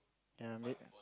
ya may